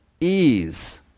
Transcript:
ease